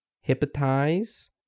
hypnotize